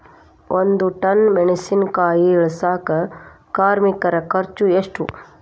ಒಂದ್ ಟನ್ ಮೆಣಿಸಿನಕಾಯಿ ಇಳಸಾಕ್ ಕಾರ್ಮಿಕರ ಖರ್ಚು ಎಷ್ಟು?